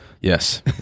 Yes